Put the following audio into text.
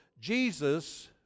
Jesus